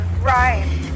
Right